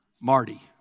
Marty